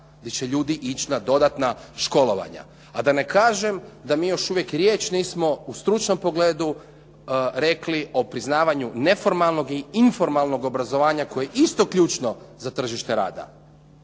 gdje će ljudi ići na dodatna školovanja. A da ne kažem da mi još uvijek riječ nismo u stručnom pogledu rekli o priznavanju neformalnog i informalnog obrazovanja koje je isto ključno za tržište rada.